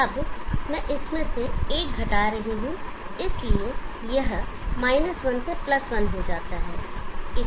अब मैं इसमें से एक घटा रहा हूं इसलिए यह 1 से 1 हो जाता है